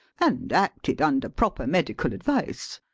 and acted under proper medical advice.